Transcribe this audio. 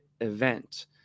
event